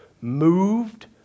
Moved